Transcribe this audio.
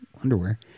underwear